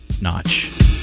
notch